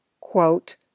quote